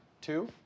Two